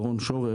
דורון שורר,